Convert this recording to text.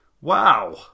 Wow